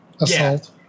assault